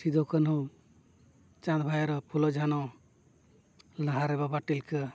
ᱥᱤᱫᱩ ᱠᱟᱱᱩ ᱪᱟᱸᱫ ᱵᱷᱟᱭᱨᱚ ᱯᱷᱩᱞᱳ ᱡᱷᱟᱱᱚ ᱞᱟᱦᱟᱨᱮ ᱵᱟᱵᱟ ᱛᱤᱞᱠᱟᱹ